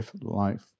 life